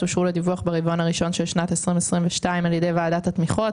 אושרו לדיווח ברבעון הראשון של שנת 2022 על ידי ועדת התמיכות.